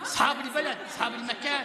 יהודים, (משהו שיש בו פאר,